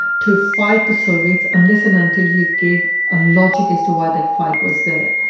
to fight the soviets unless and until you gave a logic as to why that fight was there.